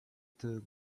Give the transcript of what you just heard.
took